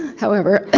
however,